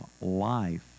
life